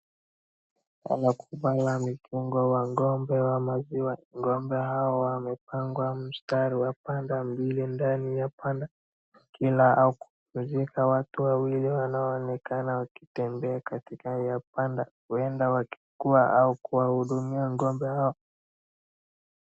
Hapa tunaona mifugo ya ng'ombe wa maziwa, ng'ombe hawa wamepangwa mistari ya pande mbili ndani ya banda, wakila au kupumzika, watu wawili wanaoonekana wakitembea katika hio banda huenda wakikuwa au kuwahudumia ng'ombe hao.